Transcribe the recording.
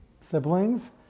siblings